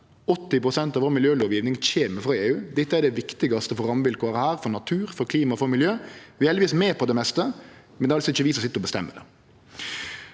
80 pst. av miljølovgivinga vår kjem frå EU. Dette er det viktigaste for rammevilkåra her – for natur, klima og miljø. Vi er heldigvis med på det meste, men det er altså ikkje vi som sit og bestemmer det.